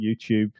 YouTube